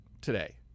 today